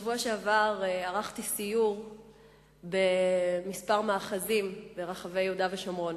בשבוע שעבר ערכתי סיור בכמה מאחזים ברחבי יהודה ושומרון.